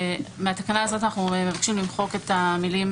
ומהתקנה הזאת אנחנו מבקשים למחוק את המילים